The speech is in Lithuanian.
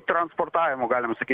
transportavimu galima sakyt